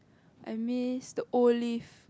I miss the old lift